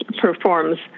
performs